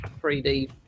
3d